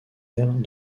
airs